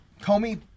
Comey